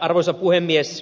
arvoisa puhemies